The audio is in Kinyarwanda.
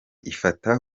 ifata